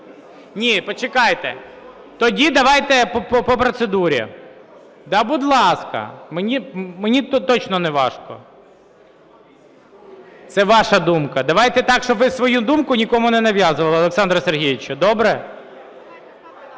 Ні, почекайте, тоді давайте по процедурі. Да, будь ласка, мені точно не важко. Це ваша думка. Давайте так, щоб ви свою думку нікому не нав'язували, Олександре Сергійовичу, добре?